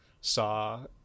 saw